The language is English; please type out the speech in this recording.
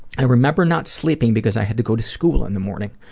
i remember not sleeping because i had to go to school in the morning,